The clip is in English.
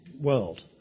world